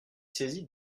saisie